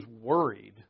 worried